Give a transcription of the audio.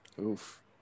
oof